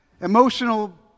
emotional